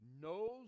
knows